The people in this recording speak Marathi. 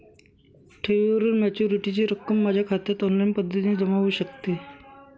ठेवीवरील मॅच्युरिटीची रक्कम माझ्या खात्यात ऑनलाईन पद्धतीने जमा होऊ शकते का?